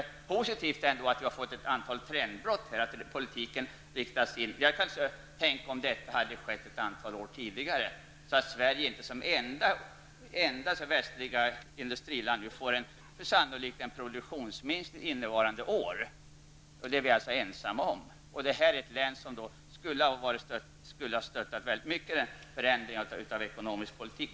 Det positiva är att det ändå har skett ett antal trendbrott. Men tänk om detta hade skett ett antal år tidigare. Nu kommer Sverige sannolikt, som enda västliga industriland, att få en produktionsminskning under innevarande år. Det är vi alltså ensamma om. Och Gävleborg är alltså ett län som skulle ha blivit stöttat av en sådan förändring av den ekonomiska politiken.